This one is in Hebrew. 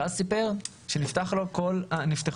ואז הוא סיפר שנפתחו לו כל הסיפורים,